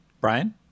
Brian